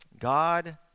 God